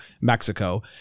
Mexico